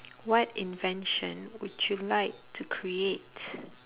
what invention would you like to create